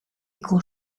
koe